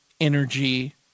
energy